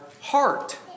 heart